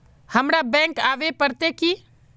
हमरा बैंक आवे पड़ते की?